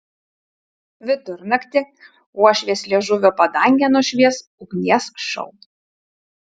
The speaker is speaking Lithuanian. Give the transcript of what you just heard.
vidurnaktį uošvės liežuvio padangę nušvies ugnies šou